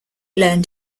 learned